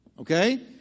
Okay